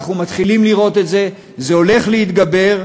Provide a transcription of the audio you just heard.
אנחנו מתחילים לראות את זה, וזה הולך להתגבר.